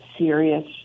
Serious